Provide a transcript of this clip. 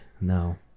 no